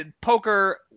poker